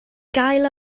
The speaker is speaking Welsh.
gael